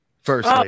First